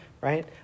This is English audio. Right